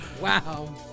Wow